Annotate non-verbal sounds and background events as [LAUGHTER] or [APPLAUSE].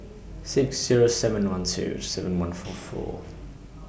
six Zero seven one two seven one [NOISE] four four